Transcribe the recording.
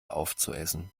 aufzuessen